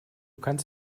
kannst